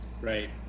Right